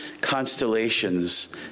constellations